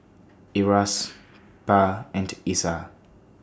IRAS Pa and Isa